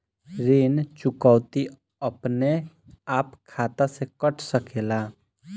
ऋण चुकौती अपने आप खाता से कट सकेला?